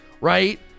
Right